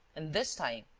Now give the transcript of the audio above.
and, this time,